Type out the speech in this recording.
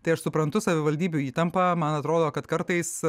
tai aš suprantu savivaldybių įtampą man atrodo kad kartais